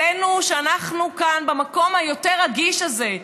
אלינו, שאנחנו כאן במקום היותר-רגיש הזה.